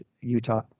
Utah